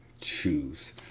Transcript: choose